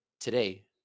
today